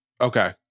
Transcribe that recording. Okay